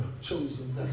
chosen